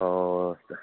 ꯑꯣ